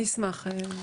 אני אשמח להתייחס.